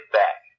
back